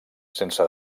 sense